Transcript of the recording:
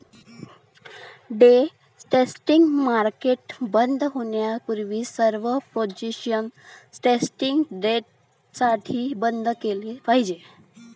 day trading market बंद होण्यापूर्वी सर्व पोझिशन्स ट्रेडिंग डेसाठी बंद केल्या पाहिजेत